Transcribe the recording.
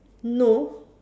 no